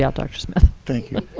dr smith. thank you.